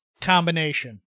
combination